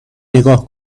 نگاه